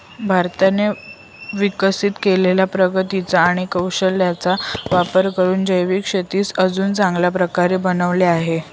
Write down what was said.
भारताने विकसित केलेल्या प्रगतीचा आणि कौशल्याचा वापर करून जैविक शेतीस अजून चांगल्या प्रकारे बनवले आहे